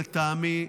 לטעמי,